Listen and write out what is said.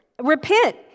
Repent